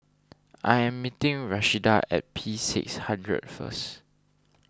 I am meeting Rashida at P S hundred first